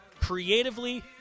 creatively